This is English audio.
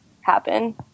happen